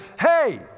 hey